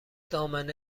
دامنه